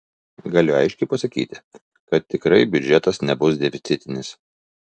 galiu aiškiai pasakyti kad tikrai biudžetas nebus deficitinis